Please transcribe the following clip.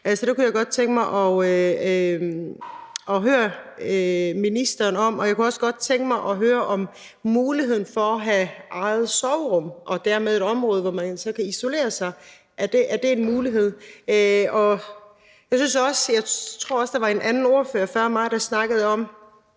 det kunne jeg godt tænke mig at høre ministeren om, og jeg kunne også godt tænke mig at høre om muligheden for at have eget soverum og dermed et område, hvor man så kan isolere sig. Er det en mulighed? Jeg tror også, der var en anden ordfører før mig, der snakkede om